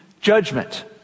judgment